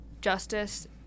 Justice